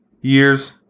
years